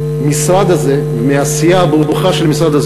מהמשרד הזה ומהעשייה הברוכה של המשרד הזה